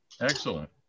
Excellent